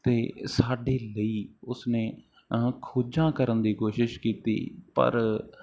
ਅਤੇ ਸਾਡੇ ਲਈ ਉਸਨੇ ਖੋਜਾਂ ਕਰਨ ਦੀ ਕੋਸ਼ਿਸ਼ ਕੀਤੀ ਪਰ